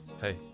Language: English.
Hey